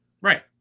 Right